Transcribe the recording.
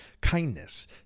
kindness